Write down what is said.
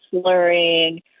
slurring